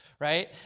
Right